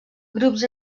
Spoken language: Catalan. grups